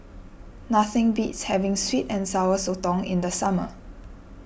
nothing beats having Sweet and Sour Sotong in the summer